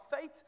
fate